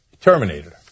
Terminated